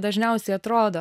dažniausiai atrodo